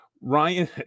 Ryan